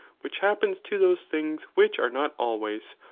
which happens to those things which are not always,